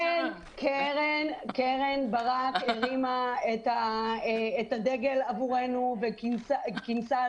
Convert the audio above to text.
קרן ברק הרימה את הדגל עבורנו וכינסה,